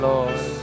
Lord